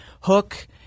Hook